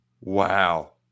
Wow